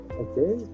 okay